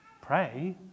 pray